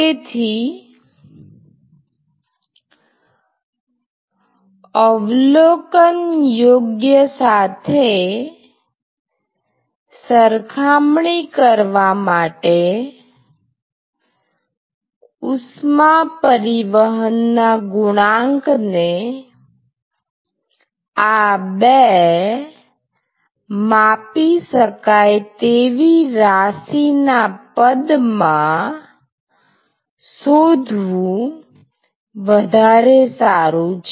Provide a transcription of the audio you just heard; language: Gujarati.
તેથી અવલોકનયોગ્ય સાથે સરખામણી કરવા માટે ઉષ્મા પરિવહનના ગુણાંક ને આ બે માપી શકાય તેવી રાશિના પદમાં શોધવુ વધારે સારું છે